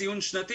לקבל ציון שנתי.